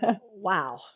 Wow